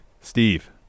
Steve